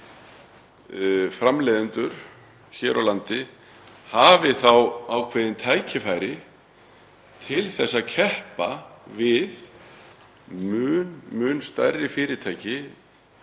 framleiðendur hér á landi hafi ákveðin tækifæri til að keppa við mun stærri fyrirtæki